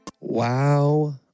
Wow